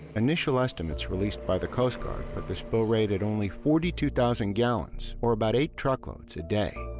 initial estimates released by the coast guard put the spill rate at only forty two thousand gallons, or about eight truckloads, a day.